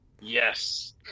yes